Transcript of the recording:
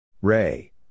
Ray